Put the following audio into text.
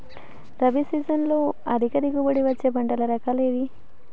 రబీ సీజన్లో అధిక దిగుబడి వచ్చే పంటల రకాలు ఏవి?